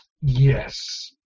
Yes